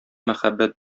мәхәббәт